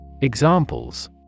Examples